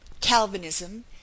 Calvinism